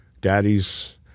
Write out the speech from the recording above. Daddy's